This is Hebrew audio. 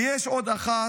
ויש עוד אחת,